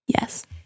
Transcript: Yes